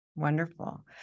Wonderful